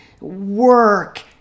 work